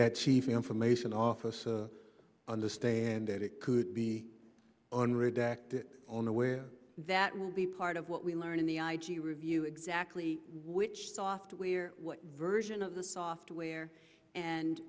that chief information officer understand that it could be on redacted on aware that will be part of what we learn in the i g review exactly which software what version of the software and